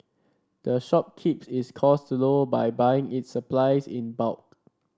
the shop keeps its costs low by buying its supplies in bulk